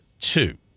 two